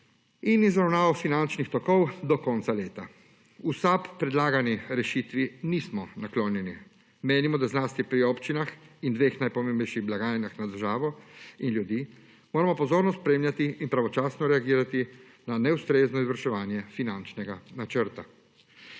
in izravnava finančnih tokov do konca leta. V SAB predlagani rešitvi nismo naklonjeni. Menimo, da moramo zlasti pri občinah in dveh najpomembnejših blagajnah za državo in ljudi pozorno spremljati in pravočasno reagirati na neustrezno izvrševanje finančnega načrta.